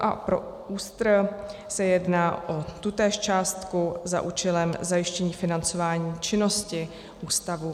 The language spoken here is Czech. A pro ÚSTR se jedná o tutéž částku za účelem zajištění financování činnosti ústavu.